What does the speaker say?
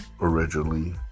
originally